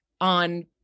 on